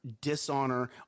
dishonor